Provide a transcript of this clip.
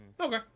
Okay